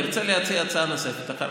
תרצה להציע הצעה נוספת, תציע,